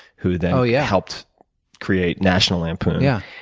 who then so yeah helped create national lampoon's. yeah.